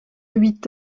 huit